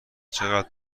چقدر